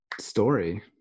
story